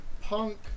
punk